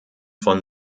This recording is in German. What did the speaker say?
von